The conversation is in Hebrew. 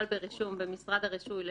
רצו להמשיך הלאה.